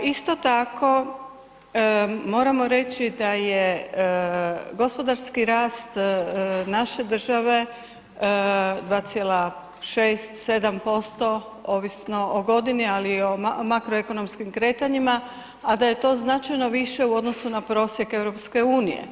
Isto tako moramo reći da je gospodarski rast naše države 2,6, 7% ovisno o godini, ali i o makroekonomskim kretanjima, a da je to značajno više u odnosu na prosjek EU.